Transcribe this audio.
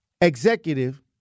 executive